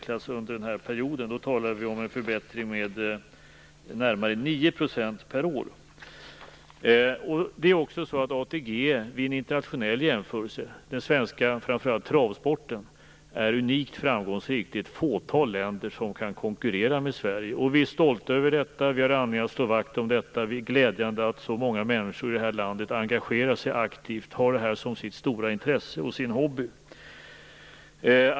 Vid en internationell jämförelse har framför allt den svenska travsporten varit unikt framgångsrik. Det är ett fåtal länder som kan konkurrera med Sverige. Det är glädjande att så många människor i det här landet engagerar sig aktivt och har det här som sitt stora intresse och sin hobby.